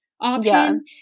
option